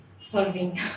solving